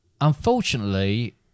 unfortunately